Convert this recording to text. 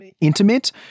intimate